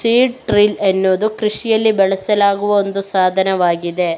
seed drill ಎನ್ನುವುದು ಕೃಷಿಯಲ್ಲಿ ಬಳಸಲಾಗುವ ಒಂದು ಸಾಧನವಾಗಿದೆ